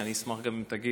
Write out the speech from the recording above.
ואני אשמח גם אם תגיב